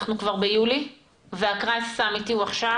אנחנו כבר ביולי והמשבר האמיתי הוא עכשיו,